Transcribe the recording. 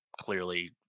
clearly